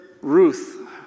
Ruth